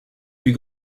plus